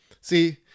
See